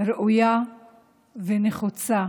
ראויה ונחוצה